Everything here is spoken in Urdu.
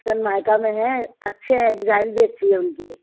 سنمائیکا میں ہے اچھے ہیں ڈیزائن بھی اچھی ہے ان کی